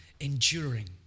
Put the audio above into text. enduring